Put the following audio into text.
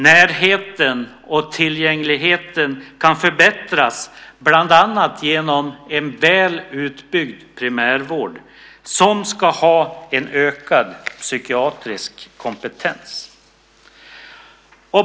Närheten och tillgängligheten kan förbättras bland annat genom en väl utbyggd primärvård som ska ha en ökad psykiatrisk kompetens.